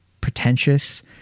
pretentious